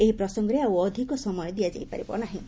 ଏହି ପ୍ରସଙ୍ଗରେ ଆଉ ଅଧିକ ସମୟ ଦିଆଯାଇପାରିବ ନାହିଁ